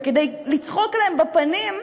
וכדי לצחוק להם בפנים,